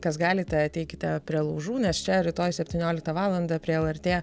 kas galite ateikite prie laužų nes čia rytoj septynioliktą valandą prie lrt